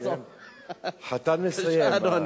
חתן מסיים.